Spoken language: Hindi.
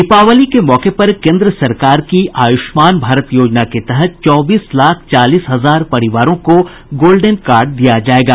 दीपावली के मौके पर केन्द्र सरकार की आयुष्मान भारत योजना के तहत चौबीस लाख चालीस हजार परिवारों को गोल्डेन कार्ड दिया जायेगा